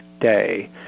day